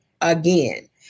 again